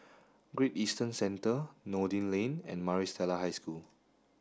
great Eastern Centre Noordin Lane and Maris Stella High School